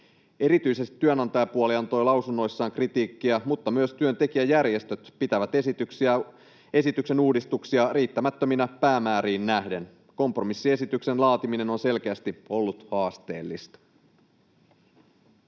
Erityisesti työnantajapuoli antoi lausunnoissaan kritiikkiä, mutta myös työntekijäjärjestöt pitävät esityksen uudistuksia riittämättöminä päämääriin nähden. Kompromissiesityksen laatiminen on selkeästi ollut haasteellista.